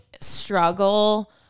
struggle